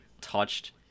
touched